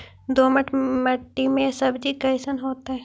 दोमट मट्टी में सब्जी कैसन होतै?